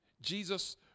Jesus